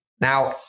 Now